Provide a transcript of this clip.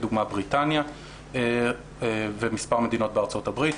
לדוגמה בריטניה ומספר מדינות בארצות הברית.